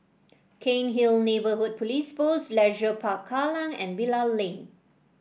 Cairnhill Neighbourhood Police Post Leisure Park Kallang and Bilal Lane